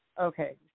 Okay